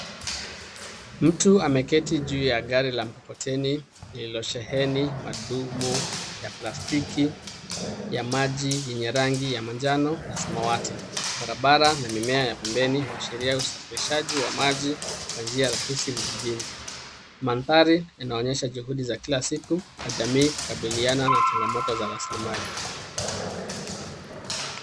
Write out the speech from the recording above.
Mtu ameketi juu ya gari la mkokoteni lililosheheni madumo ya plastiki ya Maji yenye rangi ya manjano na samawati barabara na mimea ya pembeni inaashiria usafirishaji wa maji kwa njia rahisi vijijini. Mandhari inaonyesha juhudi za kila siku ya jamii kukabiliana na jangamoto za rasilimali.